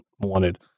wanted